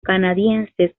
canadienses